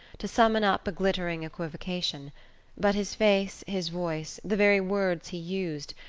to summon up a glittering equivocation but his face, his voice, the very words he used,